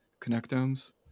connectomes